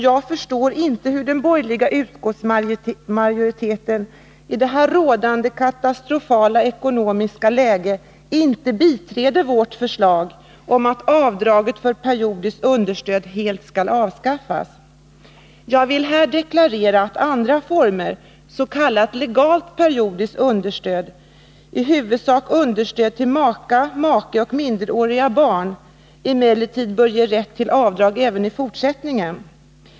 Jag förstår inte att den borgerliga utskottsmajoriteten i rådande katastrofala ekonomiska läge inte biträder vårt förslag om att avdraget för periodiskt understöd helt avskaffas. Jag vill här deklarera att andra former, s.k. legalt periodiskt understöd, i huvudsak understöd till maka/make och minderåriga barn, emellertid bör ge rätt till avdrag även i fortsättningen.